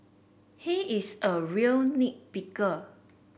he is a real nit picker